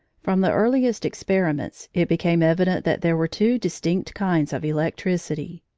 from the earliest experiments it became evident that there were two distinct kinds of electricity.